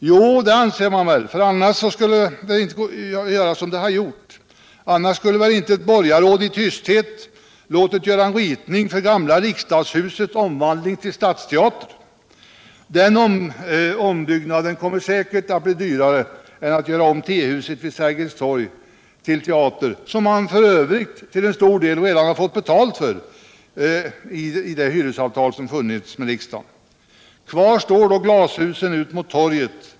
Jo, det avser man väl att göra, för annars skulle inte ett borgarråd i tysthet ha låtit göra en ritning för gamla riksdagshusets omvandling till stadsteater. Den ombyggnaden kommer säkert att bli dyrare än att göra om T-huset vid Sergels torg till teater, som man f. ö. till stor del redan fått betalt för enligt hyresavtalet med riksdagen. Kvar står då bara glashusen ut mot torget.